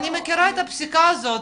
אני מכירה את הפסיקה הזו.